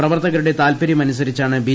പ്രവർത്തകരുടെ താൽപര്യമനുസരിച്ചാണ് ബി